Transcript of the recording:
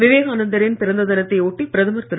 விவேகானந்தரின் பிறந்த தினத்தையாட்டி பிரதமர் திரு